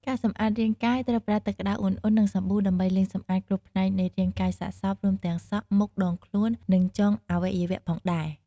ការសម្អាតរាងកាយត្រូវប្រើទឹកក្តៅឧណ្ហៗ និងសាប៊ូដើម្បីលាងសម្អាតគ្រប់ផ្នែកនៃរាងកាយសាកសព រួមទាំងសក់ មុខ ដងខ្លួន និងចុងអវយវៈផងដែរ។